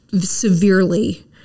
severely